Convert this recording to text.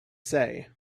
say